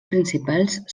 principals